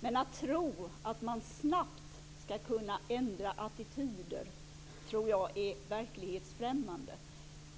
men att tro att man snabbt skall kunna ändra attityder menar jag är verklighetsfrämmande.